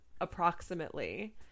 approximately